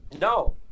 No